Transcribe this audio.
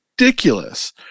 ridiculous